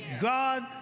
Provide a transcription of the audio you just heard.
God